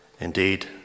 Indeed